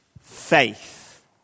faith